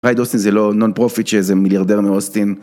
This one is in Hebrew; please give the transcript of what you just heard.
הייד אוסטין זה לא non-profit שאיזה מיליארדר מאוסטין...